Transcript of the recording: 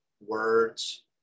words